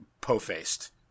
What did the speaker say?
po-faced